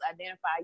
identify